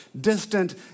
distant